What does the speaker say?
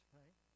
right